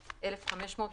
1,500,